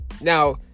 now